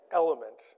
element